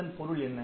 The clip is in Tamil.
இதன் பொருள் என்ன